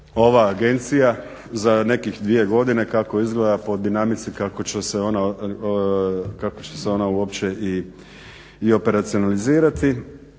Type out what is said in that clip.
ova agencija za nekih dvije godine kako izgleda po dinamici kako će se ona uopće i operacionalizirati,